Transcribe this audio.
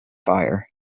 fire